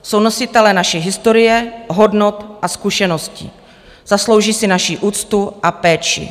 Jsou nositelé našich historie, hodnot a zkušeností, zaslouží si naši úctu a péči.